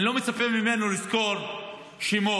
אני לא מצפה ממנו לזכור שמות,